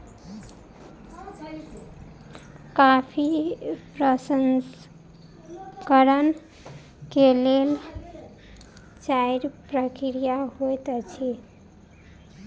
coffee प्रसंस्करण के लेल चाइर प्रक्रिया होइत अछि